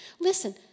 listen